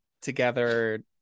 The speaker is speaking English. together